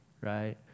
right